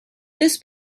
this